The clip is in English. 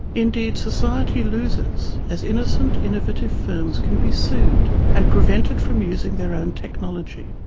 indeed society loses as innocent innovative firms can be sued and prevented from using their own technology.